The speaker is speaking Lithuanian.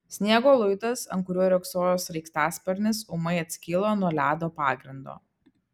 sniego luitas ant kurio riogsojo sraigtasparnis ūmai atskilo nuo ledo pagrindo